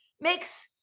makes